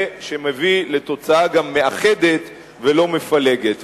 שמביא גם לתוצאה מאחדת ולא מפלגת.